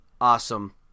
awesome